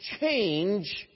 change